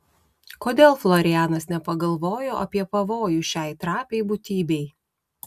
kodėl florianas nepagalvojo apie pavojų šiai trapiai būtybei